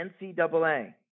NCAA